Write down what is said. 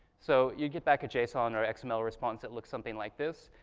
so you get back a json or xml response that looks something like this.